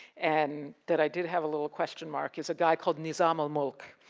and that i did have a little question mark is a guy called nizam al-mulk.